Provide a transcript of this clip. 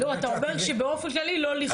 אתה אומר שבאופן כללי לא לכבול.